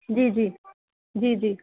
جی جی جی جی